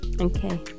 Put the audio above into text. okay